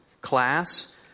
class